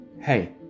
Hey